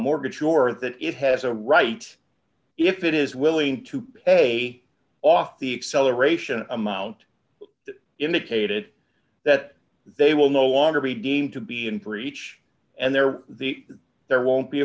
mortgage or that it has a right if it is willing to pay off the acceleration amount indicated that they will no longer be deemed to be in breach and there the there won't